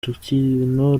urukino